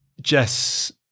Jess